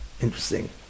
Interesting